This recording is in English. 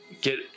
get